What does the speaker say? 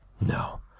No